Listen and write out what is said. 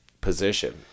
position